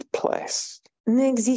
place